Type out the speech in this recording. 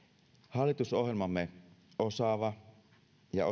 hallitusohjelmamme osallistava ja